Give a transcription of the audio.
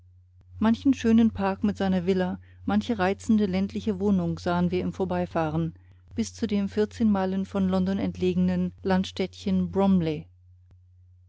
manchen schönen park mit seiner villa manche reizende ländliche wohnung sahen wir im vorbeifahren bis zu dem vierzehn meilen von london entlegenen landstädtchen bromley